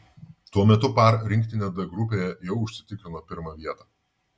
tuo metu par rinktinė d grupėje jau užsitikrino pirmą vietą